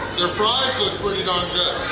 their fries look pretty darn good!